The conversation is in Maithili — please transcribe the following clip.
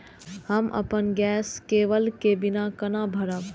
हम अपन गैस केवल के बिल केना भरब?